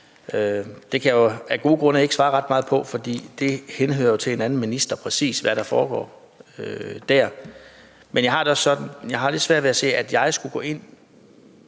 Det kan jeg af gode grunde ikke svare ret meget på, for det henhører under en anden minister, præcis hvad der foregår dér. Men jeg har det også sådan, at jeg har lidt svært ved at se, at jeg skulle gå ind